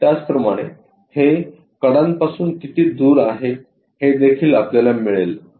त्याचप्रमाणे हे कडांपासून किती दूर आहे हे देखील आपल्याला मिळेल